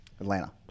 Atlanta